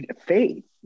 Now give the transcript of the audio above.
faith